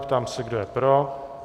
Ptám se, kdo je pro.